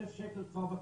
אלף שקל כבר בכיס.